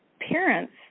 parents